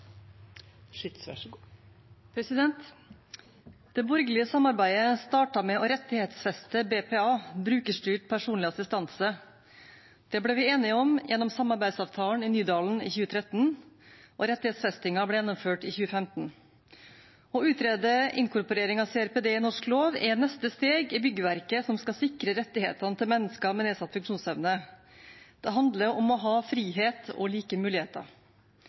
Det borgerlige samarbeidet startet med å rettighetsfeste BPA, brukerstyrt personlig assistanse. Det ble vi enige om gjennom samarbeidsavtalen i Nydalen i 2013, og rettighetsfestingen ble gjennomført i 2015. Å utrede inkorporering av CRPD i norsk lov er neste steg i byggverket som skal sikre rettighetene til mennesker med nedsatt funksjonsevne. Det handler om å ha frihet og like muligheter.